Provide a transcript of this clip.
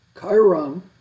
Chiron